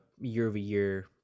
year-over-year